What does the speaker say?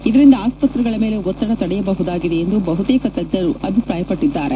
ಇದರಿಂದ ಅಸ್ವತ್ರೆಗಳ ಮೇಲೆ ಒತ್ತಡ ತಡೆಯಬಹುದಾಗಿದೆ ಎಂದು ಬಹುತೇಕ ತಜ್ಞರು ಅಭಿಪ್ರಾಯಪಟ್ವರು